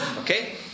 okay